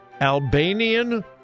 Albanian